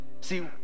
See